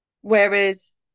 Whereas